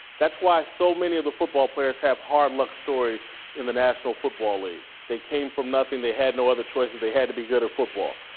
that's why so many of the football players have hard luck stories in the national football league. they came from nothing, they had no other choices, so they had to be good at football.